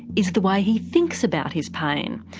is the way he thinks about his pain.